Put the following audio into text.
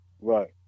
Right